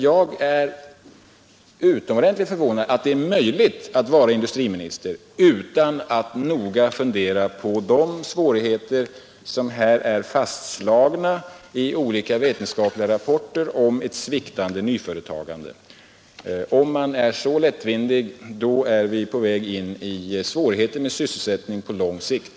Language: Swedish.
Jag är utomordentligt förvånad över att det är möjligt att vara industriminister utan att noga fundera på de svårigheter som här är fastslagna i olika vetenskapliga rapporter om ett sviktande nyföretagande. Om man kan ta så lättvindigt på detta, är vi på väg in i svårigheter med sysselsättningen på lång sikt.